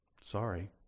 Sorry